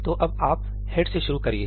तो अब आप हेड से शुरू करिए